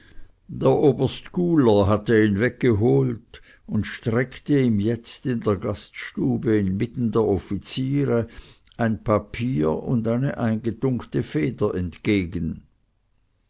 der oberst guler hatte ihn weggeholt und streckte ihm jetzt in der gaststube inmitten der offiziere ein papier und eine eingetunkte feder entgegen